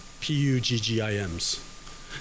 P-U-G-G-I-M's